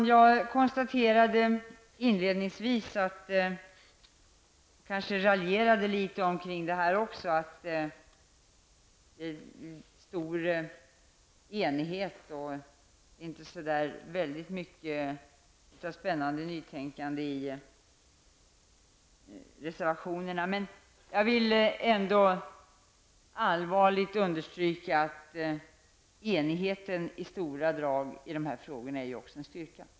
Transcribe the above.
Jag konstaterade inledningvis -- jag kanske t.o.m. raljerade litet grand omkring detta -- att det är en stor enighet och att det inte finns så väldigt mycket spännande nytänkande i reservationerna. Men jag vill ändå allvarligt understryka att enigheten i stora drag i dessa frågor är en styrka.